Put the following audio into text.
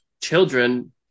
children